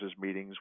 meetings